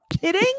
kidding